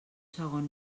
segon